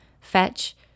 fetch